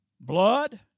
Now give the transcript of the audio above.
blood